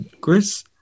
Chris